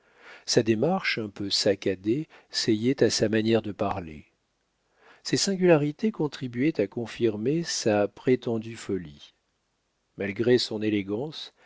sa démarche un peu saccadée seyait à sa manière de parler ces singularités contribuaient à confirmer sa prétendue folie malgré son élégance